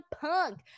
punk